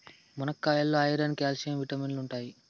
మునక్కాయాల్లో iron, calcium విటమిన్లు ఉంటాయి